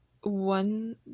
one